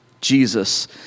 Jesus